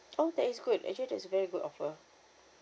oh that is good actually that's very good offer